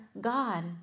God